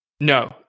No